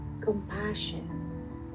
Compassion